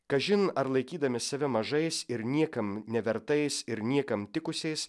kažin ar laikydami save mažais ir niekam nevertais ir niekam tikusiais